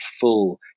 full